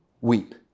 weep